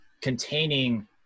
containing